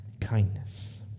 kindness